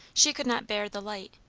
she could not bear the light.